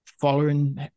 following